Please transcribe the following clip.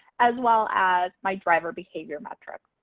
as well as my driver behavior metrics.